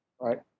Right